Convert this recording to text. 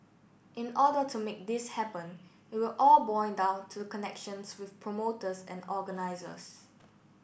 in order to make this happen it will all boil down to connections with promoters and organisers